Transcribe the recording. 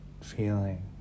feeling